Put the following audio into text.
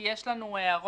כי יש לנו הערות.